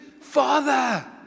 Father